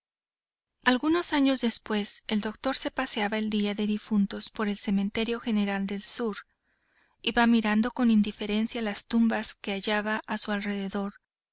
algunos años después el doctor se paseaba el día de difuntos por el cementerio general del sur iba mirando con indiferencia las tumbas que hallaba a su alrededor